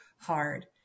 hard